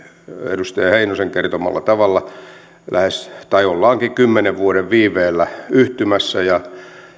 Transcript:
edustaja heinosen kertomalla tavalla lähes tai ollaankin kymmenen vuoden viiveellä yhtymässä ja